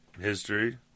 history